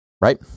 right